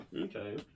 Okay